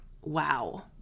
wow